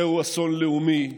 זהו אסון לאומי,